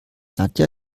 nadja